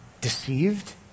deceived